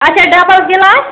اچھا double glass